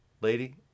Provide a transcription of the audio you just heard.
lady